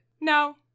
No